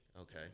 Okay